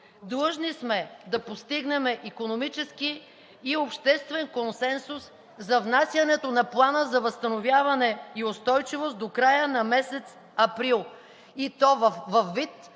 Длъжни сме да постигнем икономически и обществен консенсус за внасянето на Плана за възстановяване и устойчивост до края на месец април, и то във вид,